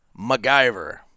MacGyver